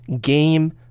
game